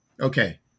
Okay